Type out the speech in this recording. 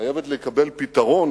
חייבת לקבל פתרון